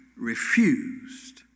refused